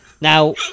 now